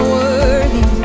worthy